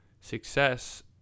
success